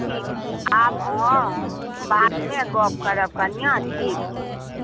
ठीक छै आब अहाँ बादमे गप करब कनियाँ ठीक छै